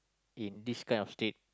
in this kind of state